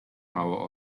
mało